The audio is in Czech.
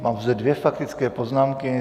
Mám zde dvě faktické poznámky.